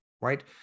right